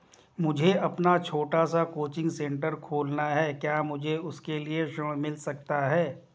मुझे अपना छोटा सा कोचिंग सेंटर खोलना है क्या मुझे उसके लिए ऋण मिल सकता है?